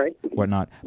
whatnot